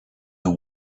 the